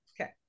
Okay